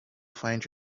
find